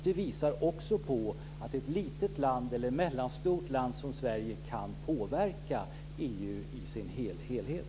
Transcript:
Det visar också på att ett litet land eller ett mellanstort land som Sverige kan påverka EU i sin helhet.